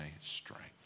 strength